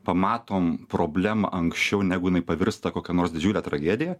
pamatom problemą anksčiau negu inai pavirsta kokia nors didžiule tragedija